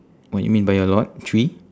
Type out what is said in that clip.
what you mean by a lot three